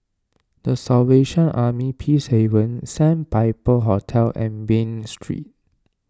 the Salvation Army Peacehaven Sandpiper Hotel and Bain Street